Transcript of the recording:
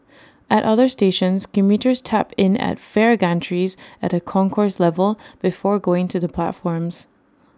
at other stations commuters tap in at fare gantries at A concourse level before going to the platforms